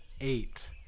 Eight